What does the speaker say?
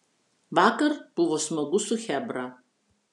vakar buvo smagu su chebra